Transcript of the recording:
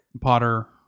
Potter